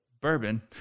bourbon